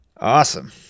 Awesome